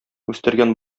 үстергән